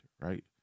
right